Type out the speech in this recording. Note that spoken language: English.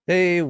Hey